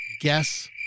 guess